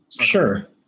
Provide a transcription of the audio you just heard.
Sure